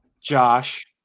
Josh